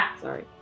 Sorry